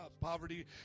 Poverty